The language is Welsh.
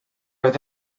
oedd